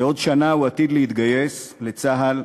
בעוד שנה הוא עתיד להתגייס לצה"ל,